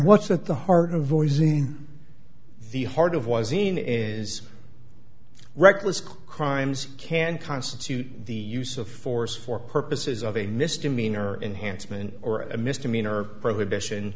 what's at the heart of voices in the heart of was enough is reckless crimes can constitute the use of force for purposes of a misdemeanor enhancement or a misdemeanor prohibition